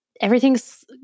everything's